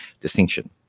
distinction